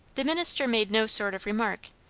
the minister made no sort of remark,